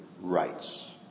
rights